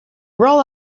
roll